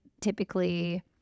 typically